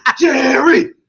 Jerry